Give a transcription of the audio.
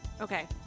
Okay